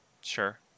Sure